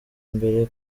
mbere